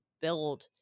build